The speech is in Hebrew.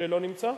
שלא נמצא?